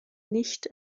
nicht